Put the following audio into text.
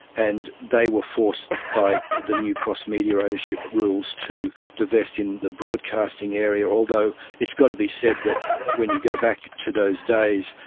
and they were forced by the new cross-media ownership rules to divest in the broadcasting area, although it's got to be said that when you go back to those days,